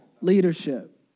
Leadership